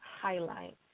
highlight